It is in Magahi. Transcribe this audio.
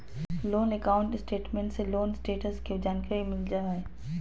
लोन अकाउंट स्टेटमेंट से लोन स्टेटस के जानकारी मिल जा हय